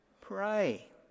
pray